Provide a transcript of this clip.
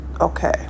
okay